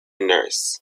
nurse